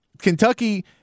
Kentucky